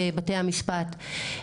בבתי המשפט.